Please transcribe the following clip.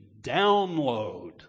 download